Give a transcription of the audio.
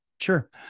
sure